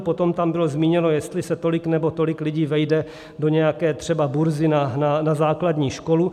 Potom tam bylo zmíněno, jestli se tolik nebo tolik lidí vejde do nějaké třeba burzy na základní školu.